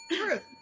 Truth